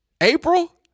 April